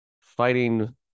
fighting